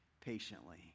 patiently